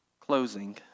closing